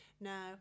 now